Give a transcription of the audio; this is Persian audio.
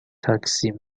تاکسی